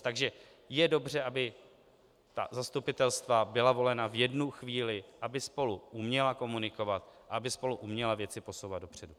Takže je dobře, aby zastupitelstva byla volena v jednu chvíli, aby spolu uměla komunikovat a aby spolu uměla věci posouvat dopředu.